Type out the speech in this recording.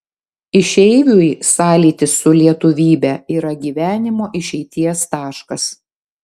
išeiviui sąlytis su lietuvybe yra gyvenimo išeities taškas